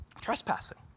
Trespassing